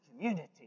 community